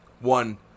One